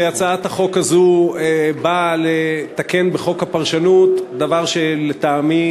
הצעת החוק הזאת באה לתקן בחוק הפרשנות דבר שלטעמי